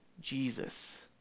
Jesus